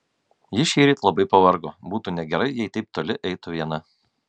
ji šįryt labai pavargo būtų negerai jei taip toli eitų viena